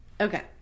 Okay